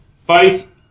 Faith